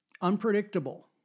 unpredictable